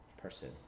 person